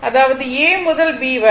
அதாவது A முதல் B வரை